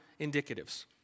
indicatives